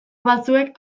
batzuek